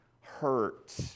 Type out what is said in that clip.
hurt